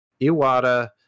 iwata